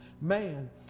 man